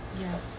Yes